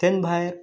तें भायर